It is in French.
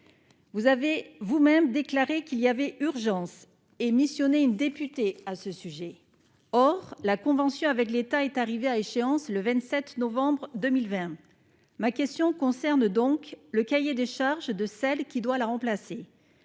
vous avez vous-même déclaré qu'il y avait urgence et missionné une députée à ce sujet, or la convention avec l'État, est arrivé à échéance le 27 novembre 2020, ma question concerne donc le cahier des charges de celle qui doit la remplacer